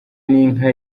n’inka